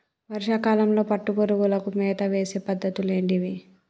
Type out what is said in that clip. వర్షా కాలంలో పట్టు పురుగులకు మేత వేసే పద్ధతులు ఏంటివి?